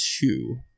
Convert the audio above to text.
two